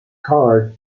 card